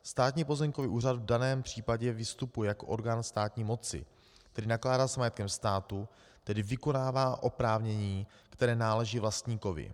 Státní pozemkový úřad v daném případě vystupuje jako orgán státní moci, tedy nakládá s majetkem státu, tedy vykonává oprávnění, které náleží vlastníkovi.